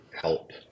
help